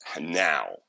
now